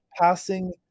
passing